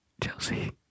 Chelsea